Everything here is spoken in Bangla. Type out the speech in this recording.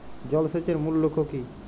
জল সেচের মূল লক্ষ্য কী?